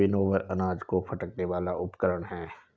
winnower अनाज को फटकने वाला उपकरण है